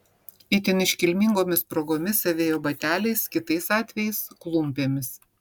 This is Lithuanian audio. itin iškilmingomis progomis avėjo bateliais kitais atvejais klumpėmis